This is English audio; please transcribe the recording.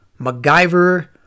MacGyver